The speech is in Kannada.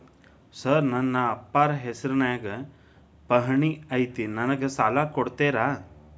ಸರ್ ನನ್ನ ಅಪ್ಪಾರ ಹೆಸರಿನ್ಯಾಗ್ ಪಹಣಿ ಐತಿ ನನಗ ಸಾಲ ಕೊಡ್ತೇರಾ?